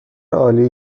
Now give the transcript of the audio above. عالی